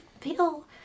feel